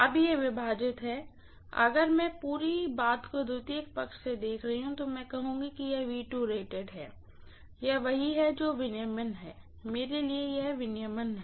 अब यह विभाजित है अगर मैं पूरी बात को सेकेंडरी साइड से देख रही हूँ तो मैं कहूँगी कि यह रेटेड है यह वही है जो रेगुलेशन है मेरे लिए यह रेगुलेशन है